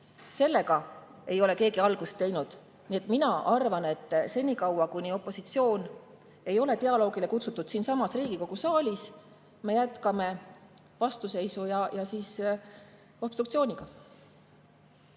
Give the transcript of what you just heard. Sellega ei ole keegi algust teinud. Nii et mina arvan, et senikaua, kuni opositsiooni ei ole dialoogile kutsutud siinsamas Riigikogu saalis, me jätkame vastuseisu ja obstruktsiooni.